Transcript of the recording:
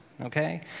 okay